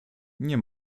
nie